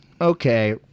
okay